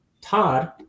Todd